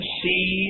see